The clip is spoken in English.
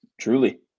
Truly